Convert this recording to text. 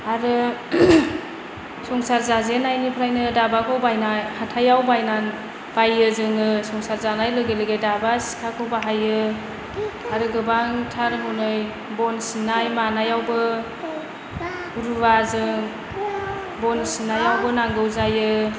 आरो संसार जाजेन्नायनिफ्रायनो दाबाखौ बायना हाथाइयाव बायना बायो जोङो संसार जानाय लोगो लोगो दाबा सिखाखौ बाहायो आरो गोबांथार हनै बन सिननाय मानायावबो रुवाजों बन सिन्नायावबो नांगौ जायो